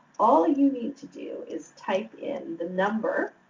all you need to do is type in the number